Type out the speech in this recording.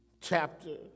chapter